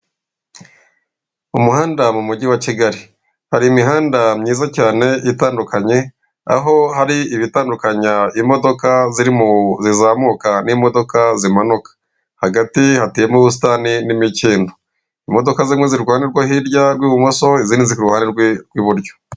Mu muhanda mu mujyi wa Kigali, hari imihanda myiza cyane itandukanye, aho hari ibitandukanya imodoka zirimo zizamuka n'imodoka zimanuka, hagati hateyemo ubusitani n'imikindo, imodoka zimwe ziri ku ruhande rwo hirya rw'ibumoso izindi ziri ku ruhande rw'iburyo.